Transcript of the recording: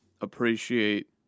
appreciate